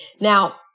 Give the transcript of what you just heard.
Now